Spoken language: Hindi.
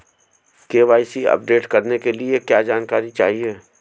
के.वाई.सी अपडेट करने के लिए क्या जानकारी चाहिए?